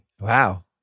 Wow